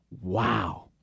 wow